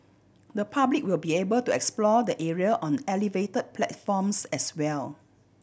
the public will be able to explore the area on elevate platforms as well